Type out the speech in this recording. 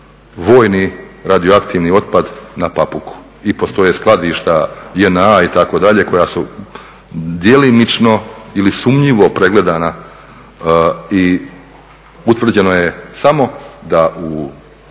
vojni radioaktivni otpad na Papuku. I postoje skladišta JNA itd., koja su djelomično ili sumnjivo pregledana i utvrđeno je samo da u